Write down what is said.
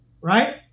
Right